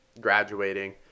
graduating